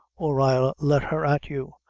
or i'll let her at you,